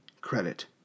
credit